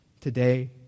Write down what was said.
Today